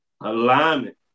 alignment